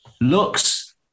looks